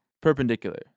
Perpendicular